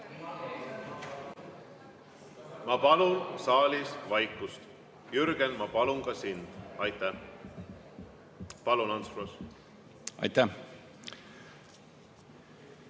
Ma palun saalis vaikust! Jürgen, ma palun ka sind! Aitäh! Palun, Ants Frosch! Aitäh!